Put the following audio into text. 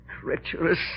treacherous